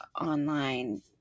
online